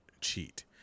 cheat